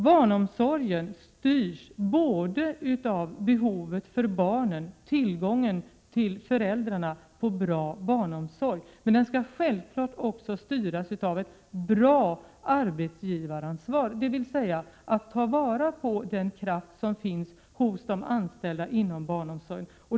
Barnomsorgen styrs både av barnens behov och av föräldrarnas anspråk på tillgång till bra barnomsorg. Den skall självfallet också styras av ett bra arbetsgivaransvar. Man skall med andra ord ta vara på den kraft som finns hos de anställda inom barnomsorgen.